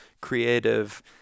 creative